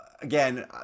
Again